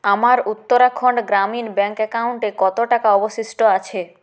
আমার উত্তরাখণ্ড গ্রামীণ ব্যাঙ্ক অ্যাকাউন্টে কত টাকা অবশিষ্ট আছে